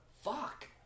Fuck